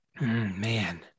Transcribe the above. man